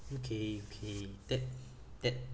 okay okay that that